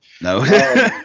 no